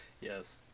Yes